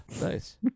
nice